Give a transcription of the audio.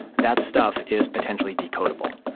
that stuff is potentially decodable.